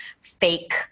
fake